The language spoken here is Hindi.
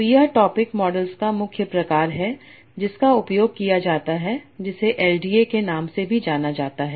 तो यह टॉपिक मॉडल्स का मुख्य प्रकार है जिसका उपयोग किया जाता है जिसे एलडीए के नाम से भी जाना जाता है